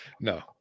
no